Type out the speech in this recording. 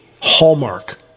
hallmark